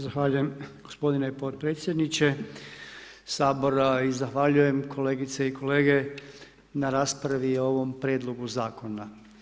Zahvaljujem gospodine potpredsjedniče Sabora i zahvaljujem kolegice i kolege na raspravi o ovom prijedlogu zakona.